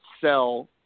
sell